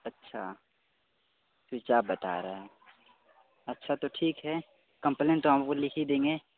अच्छा switch off बता रहा है अच्छा तो ठीक हे कम्प्लेन तो हमको लिख ही देंगे